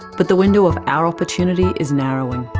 but the window of our opportunities is narrowing,